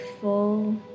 full